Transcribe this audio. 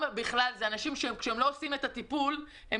מדובר שם באנשים שאם הם לא עושים את הטיפול במכון הזה,